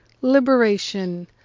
liberation